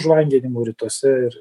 žvanginimu rytuose ir